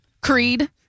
Creed